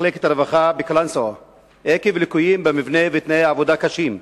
מחלקת הרווחה בגלל הליקויים במבנה ותנאי העבודה הקשים.